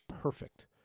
perfect